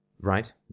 Right